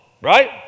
right